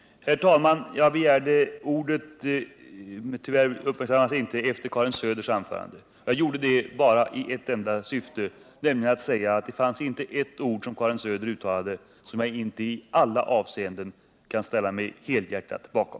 Herr talman! Jag begärde ordet — vilket tyvärr inte uppmärksammades — efter Karin Söders anförande. Jag gjorde det bara i ett enda syfte, nämligen att säga att det inte fanns ett ord i vad Karin Söder uttalade som jag inte i alla avseenden kan ställa mig helhjärtat bakom.